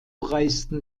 reisten